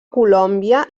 colòmbia